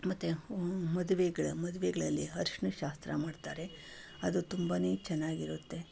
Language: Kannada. ಮತ್ತು ಮದುವೆಗಳ ಮದುವೆಗಳಲ್ಲಿ ಅರ್ಶಿನದ ಶಾಸ್ತ್ರ ಮಾಡ್ತಾರೆ ಅದು ತುಂಬನೇ ಚೆನ್ನಾಗಿರುತ್ತೆ